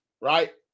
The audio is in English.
right